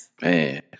man